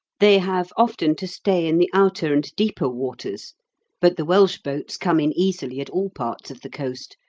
they have often to stay in the outer and deeper waters but the welsh boats come in easily at all parts of the coast,